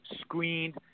screened